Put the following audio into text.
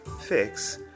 fix